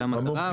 זאת המטרה.